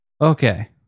Okay